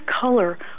color